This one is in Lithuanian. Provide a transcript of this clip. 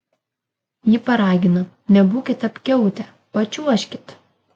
ji paragina nebūkit apkiautę pačiuožkit